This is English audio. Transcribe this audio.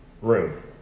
room